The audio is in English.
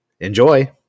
Enjoy